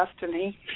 destiny